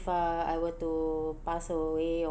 uh I were to pass away or